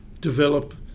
develop